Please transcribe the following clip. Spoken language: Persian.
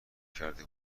کرده